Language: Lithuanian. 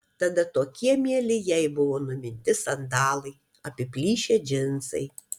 tada tokie mieli jai buvo numinti sandalai apiplyšę džinsai